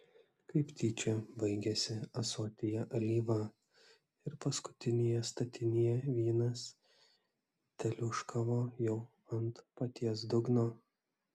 kaip tyčia baigėsi ąsotyje alyva ir paskutinėje statinėje vynas teliūškavo jau ant paties dugno